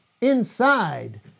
inside